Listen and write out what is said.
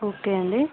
okay అండి